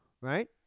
right